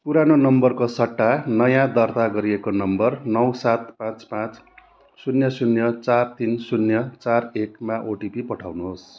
पुरानो नम्बरको सट्टा नयाँ दर्ता गरिएको नम्बर नौ सात पाँच पाँच शून्य शून्य चार तिन शून्य चार एक मा ओटिपी पठाउनुहोस्